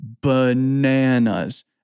bananas